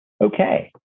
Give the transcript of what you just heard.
Okay